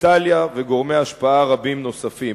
איטליה וגורמי השפעה רבים נוספים.